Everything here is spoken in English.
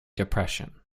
depression